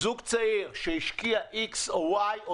זוג צעיר שהשקיע X או Y,